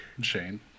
Shane